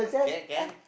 can can